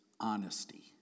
honesty